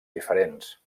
diferents